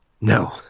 no